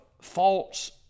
false